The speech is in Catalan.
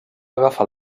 agafar